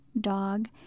dog